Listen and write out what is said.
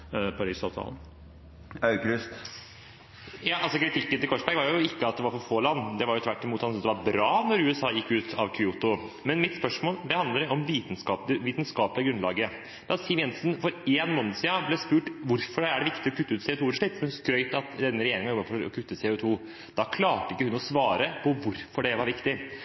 samarbeidspartiene. Så ja, jeg stiller meg fullstendig bak Paris-avtalen. Kritikken til Korsberg var ikke at det var for få land – det var tvert imot slik at han syntes det var bra da USA gikk ut av Kyoto. Men mitt spørsmål handler om det vitenskapelige grunnlaget. Da Siv Jensen for en måned siden ble spurt hvorfor det er viktig å kutte CO2-utslipp – hun skrøt av at denne regjeringen hadde gått for å kutte CO2 – klarte hun ikke å svare på hvorfor det er viktig.